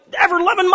ever-loving